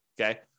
Okay